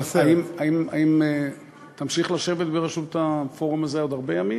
האם תמשיך לשבת בראשות הפורום הזה עוד הרבה ימים,